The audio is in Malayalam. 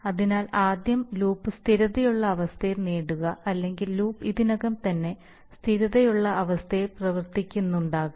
അതിനാൽ ആദ്യം ലൂപ്പ് സ്ഥിരതയുള്ള അവസ്ഥയിൽ നേടുക അല്ലെങ്കിൽ ലൂപ്പ് ഇതിനകം തന്നെ സ്ഥിരതയുള്ള അവസ്ഥയിൽ പ്രവർത്തിക്കുന്നുണ്ടാകാം